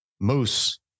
moose